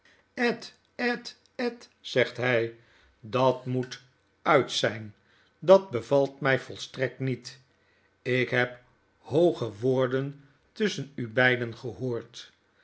ed zegt hij dat moetuitzyn dat bevalt mij yolstrekt niet ik heb hooge woorden tusschen u beiden gehoord